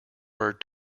word